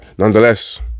Nonetheless